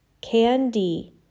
candy